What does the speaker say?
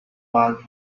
bag